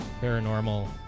paranormal